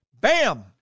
Bam